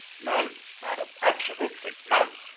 none, madam, absolutely none.